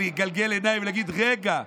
לגלגל עיניים ולהגיד: רגע,